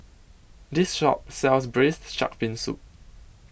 This Shop sells Braised Shark Fin Soup